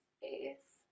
face